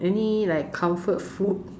any like comfort food